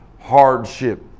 hardship